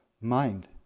Mind